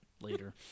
later